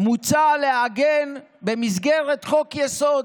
"מוצע לעגן במסגרת חוק-יסוד: